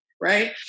right